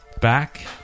Back